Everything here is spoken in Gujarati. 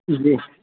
હા